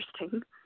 interesting